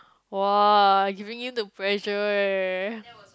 !wow! I'm giving you the pressure leh